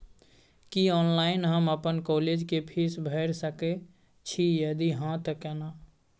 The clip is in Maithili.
की ऑनलाइन हम अपन कॉलेज के फीस भैर सके छि यदि हाँ त केना?